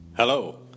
Hello